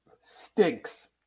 Stinks